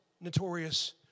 notorious